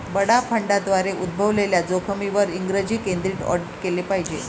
बडा फंडांद्वारे उद्भवलेल्या जोखमींवर इंग्रजी केंद्रित ऑडिट केले पाहिजे